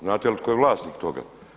Znate li tko je vlasnik toga?